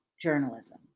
journalism